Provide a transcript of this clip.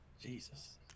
Jesus